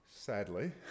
Sadly